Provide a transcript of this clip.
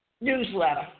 newsletter